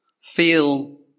Feel